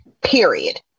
Period